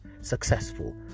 successful